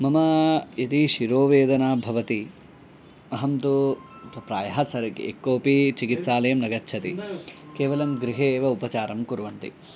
मम यदि शिरोवेदना भवति अहं तु प्रायः सर् यः कोऽपि चिकित्सालयं न गच्छति केवलं गृहे एव उपचारं कुर्वन्ति